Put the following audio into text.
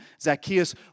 Zacchaeus